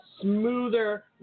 smoother